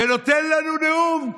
ונותן לנו נאום: